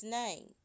name